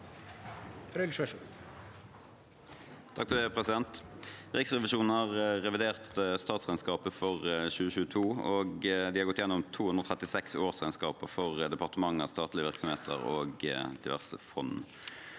Riksrevisjonen har revidert statsregnskapet for 2022, og de har gått gjennom 236 årsregnskaper for departementer, statlige virksomheter og diverse fond.